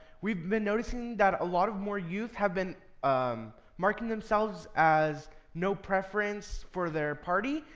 we've been noticing that a lot of more youth have been um marking themselves as no preference for their party.